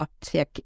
uptick